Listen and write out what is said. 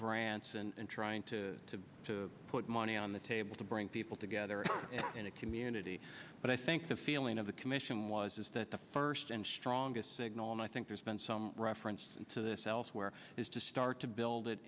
grants and trying to to put money on the table to bring people together in a community but i think the feeling of the commission was is that the first and strongest signal and i think there's been some reference to this elsewhere is to start to build it